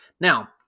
Now